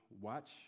watch